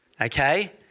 okay